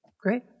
Great